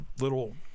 little